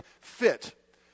fit